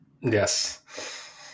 Yes